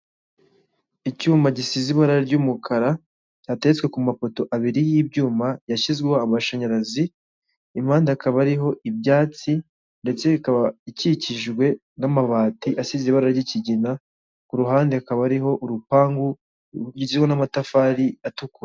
Icyuma gisize ibara ry'umukara cyateretswe ku mapoto abiri y'ibyuma yashyizweho amashanyarazi, impande hakaba hariho ibyatsi ndetse ikaba ikikijwe n'amabati asize ibara ry'ikigina, ku ruhande hakaba hariho urupangu rugiyeho n'amatafari atukura.